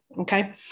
Okay